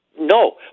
no